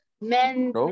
men